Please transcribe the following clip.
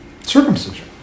circumcision